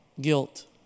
Guilt